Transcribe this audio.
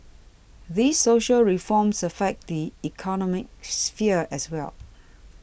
these social reforms affect the economic sphere as well